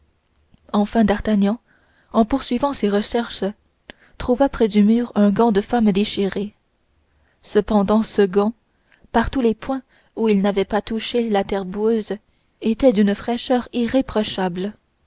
enfin d'artagnan en poursuivant ses recherches trouva près du mur un gant de femme déchiré cependant ce gant par tous les points où il n'avait pas touché la terre boueuse était d'une fraîcheur irréprochable